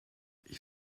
ich